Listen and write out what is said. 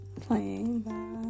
playing